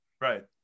right